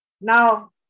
Now